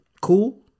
Cool